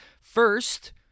First